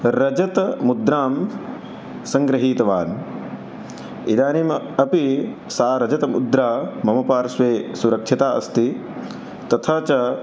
रजतमुद्रां सङ्गृहीतवान् इदानीम् अपि सा रजतमुद्रा मम पार्श्वे सुरक्षिता अस्ति तथा च